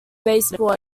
baseball